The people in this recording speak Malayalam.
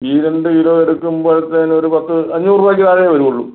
ഈ രണ്ട് കിലോ എടുക്കുമ്പോഴത്തേന് ഒരു പത്ത് അഞ്ഞൂറ് രൂപയ്ക്ക് താഴെയേ വരുകയുള്ളു